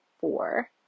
four